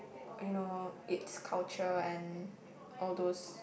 you know it's culture and all those